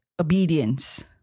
obedience